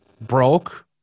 broke